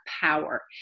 power